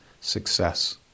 success